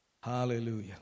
Hallelujah